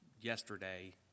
yesterday